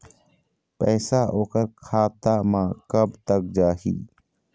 पैसा ओकर खाता म कब तक जाही?